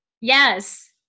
Yes